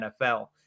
NFL